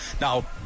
Now